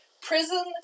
prison